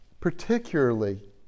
Particularly